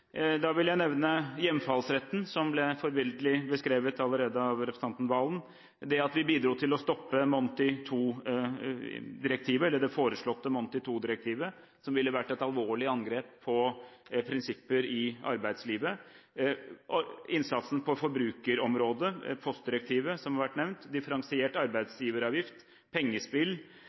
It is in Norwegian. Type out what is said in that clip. Da vil jeg nevne hjemfallsretten, som ble forbilledlig beskrevet allerede av representanten Serigstad Valen, det at vi bidro til å stoppe det foreslåtte Monti II-direktivet, som ville vært et alvorlig angrep på prinsipper i arbeidslivet, innsatsen på forbrukerområdet, postdirektivet, som har vært nevnt, differensiert arbeidsgiveravgift, pengespill